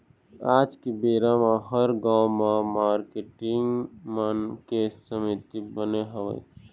आज के बेरा म हर गाँव म मारकेटिंग मन के समिति बने हवय